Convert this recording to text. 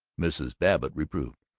mrs. babbitt reproved,